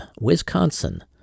Wisconsin